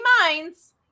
minds